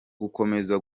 gukomeza